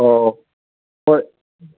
ꯑꯣ ꯍꯣꯏ